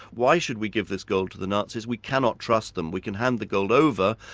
why should we give this gold to the nazis? we cannot trust them. we can hand the gold over,